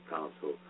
Council